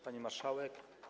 Pani Marszałek!